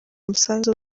umusanzu